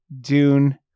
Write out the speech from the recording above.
Dune